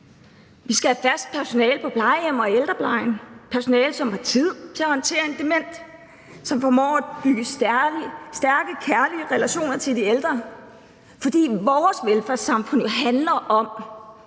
Vi skal have fast personale på plejehjem og i ældreplejen, personale, som har tid til at håndtere en dement, og som formår at knytte stærke, kærlige relationer til de ældre, fordi vores velfærdssamfund handler om,